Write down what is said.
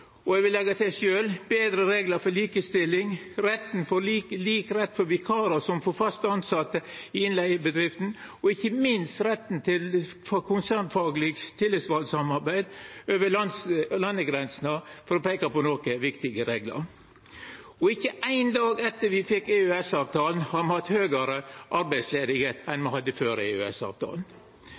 vil eg leggja til: betre reglar for likestilling, like rettar for vikarar som for fast tilsette i innleigebedrifter og ikkje minst retten til konsernfagleg samarbeid mellom tillitsvalde over landegrensene – for å peika på nokre viktige reglar. Og ikkje éin dag etter at me fekk EØS-avtalen, har me hatt høgare arbeidsløyse enn me hadde før EØS-avtalen. Statsråden peikte òg på den felles arbeidsmarknaden i